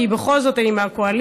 כי בכל זאת אני מהקואליציה,